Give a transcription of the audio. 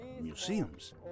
museums